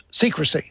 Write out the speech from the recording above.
secrecy